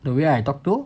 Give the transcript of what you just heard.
the way I talk to